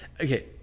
Okay